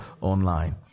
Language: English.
online